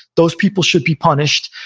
those people should be punished.